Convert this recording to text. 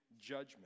judgment